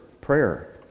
prayer